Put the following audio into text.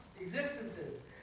existences